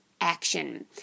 action